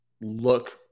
look